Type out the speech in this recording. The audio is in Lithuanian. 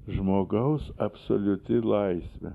žmogaus absoliuti laisvė